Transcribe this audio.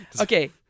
Okay